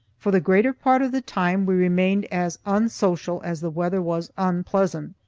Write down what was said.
for the greater part of the time we remained as unsocial as the weather was unpleasant.